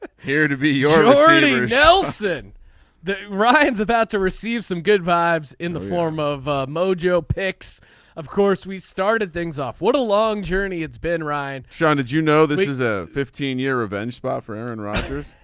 ah here to be your nelson the ryans about to receive some good vibes in the form of mojo pics of course we started things off. what a long journey it's been ryan. shawn did you know this was a fifteen year event spot for erin rogers.